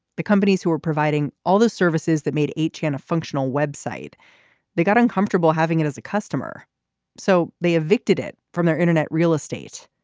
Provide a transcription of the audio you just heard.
the companies who are providing all the services that made each kind and of functional web site they got uncomfortable having it as a customer so they evicted it from their internet real estate.